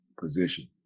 position